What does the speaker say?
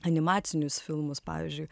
animacinius filmus pavyzdžiui